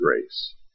grace